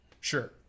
Sure